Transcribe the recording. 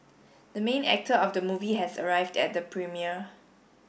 the main actor of the movie has arrived at the premiere